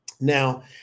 Now